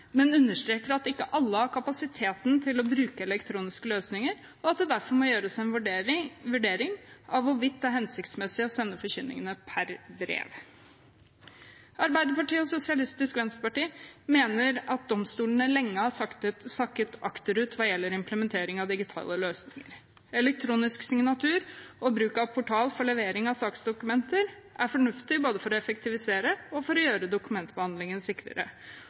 men understreker at ikke alle har kapasitet til å bruke elektroniske løsninger, og at det derfor må gjøres en vurdering av hvorvidt det er hensiktsmessig å sende forkynningene per brev. Arbeiderpartiet og SV mener at domstolene lenge har sakket akterut hva gjelder implementering av digitale løsninger. Elektronisk signatur og bruk av portal for levering av saksdokumenter er fornuftig både for å effektivisere og for å gjøre dokumentbehandlingen sikrere.